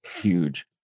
huge